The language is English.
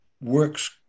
works